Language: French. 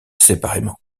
séparément